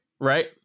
right